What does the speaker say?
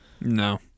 No